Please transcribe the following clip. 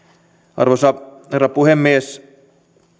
arvoisa herra puhemies